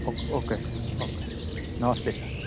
okay okay sir okay नमस्ते sir